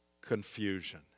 confusion